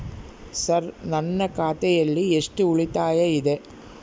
Sir ನನ್ನ ಖಾತೆಯಲ್ಲಿ ಎಷ್ಟು ಉಳಿತಾಯ ಇದೆ?